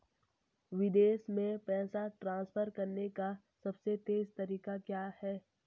विदेश में पैसा ट्रांसफर करने का सबसे तेज़ तरीका क्या है?